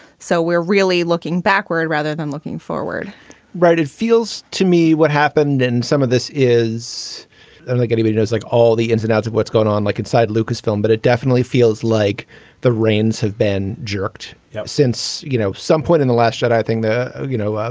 so we're really looking backward rather than looking forward right. it feels to me what happened in some of this is to like anybody does like all the ins and outs of what's going on like inside lucasfilm. but it definitely feels like the reigns have been jerked yeah since, you know, some point in the last that i think, you know, ah